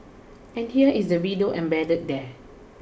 and here is the video embedded there